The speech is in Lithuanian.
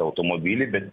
automobilį bet